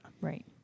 right